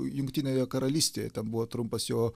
jungtinėje karalystėje ten buvo trumpas jo